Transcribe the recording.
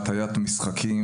לגבי הטיית משחקים